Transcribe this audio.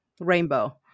rainbow